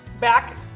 back